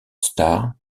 star